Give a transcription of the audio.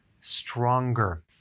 stronger